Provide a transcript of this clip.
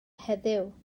heddiw